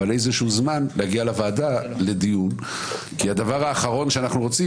אבל איזשהו זמן להגיע לוועדה לדיון כי הדבר האחרון שאנחנו רוצים